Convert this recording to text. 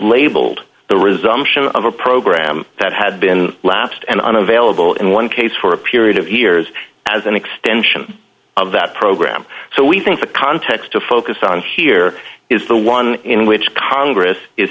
resumption of a program that had been lapsed and unavailable in one case for a period of years as an extension of that program so we think the context to focus on here is the one in which congress is